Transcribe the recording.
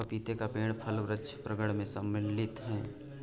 पपीते का पेड़ फल वृक्ष प्रांगण मैं सम्मिलित है